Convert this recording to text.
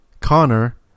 Connor